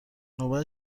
نوبت